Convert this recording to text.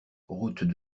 route